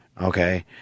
Okay